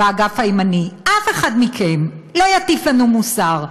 באגף הימני: אף אחד מכם לא יטיף לנו מוסר,